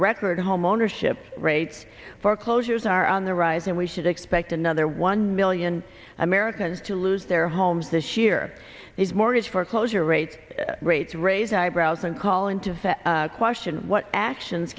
record homeownership rates foreclosures are on the rise and we should expect another one million americans to lose their homes this year these mortgage foreclosure rate rates raising eyebrows and call into fair question what actions